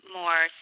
more